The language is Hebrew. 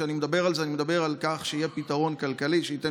כשאני מדבר על זה אני מדבר על כך שיהיה פתרון כלכלי שייתן